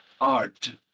art